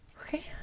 okay